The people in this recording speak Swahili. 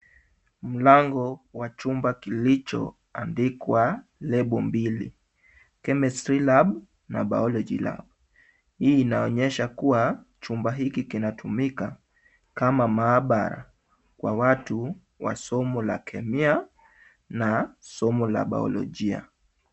Mlango wa chumba kilicho andikwa lebo mbili, chemistry lab na biology lab . Hii inaonyesha kuwa chumba hiki kinatumika kama maabara kwa watu wa somo la kemia na somo la biolojia.